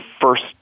first